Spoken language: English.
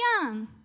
young